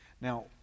Now